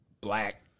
black